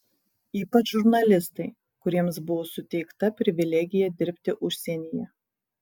ypač žurnalistai kuriems buvo suteikta privilegija dirbti užsienyje